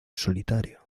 solitario